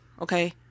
Okay